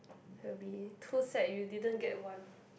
will be too sad if you didn't get one